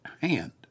hand